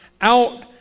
out